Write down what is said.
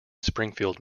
springfield